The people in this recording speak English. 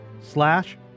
slash